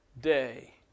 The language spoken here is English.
day